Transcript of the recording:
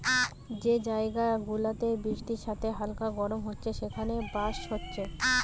যে জায়গা গুলাতে বৃষ্টির সাথে হালকা গরম হচ্ছে সেখানে বাঁশ হচ্ছে